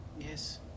Yes